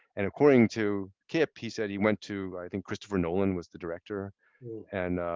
and according to kip, he said he went to i think christopher nolan was the director and